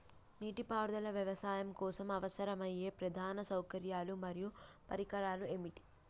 నీటిపారుదల వ్యవసాయం కోసం అవసరమయ్యే ప్రధాన సౌకర్యాలు మరియు పరికరాలు ఏమిటి?